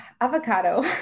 Avocado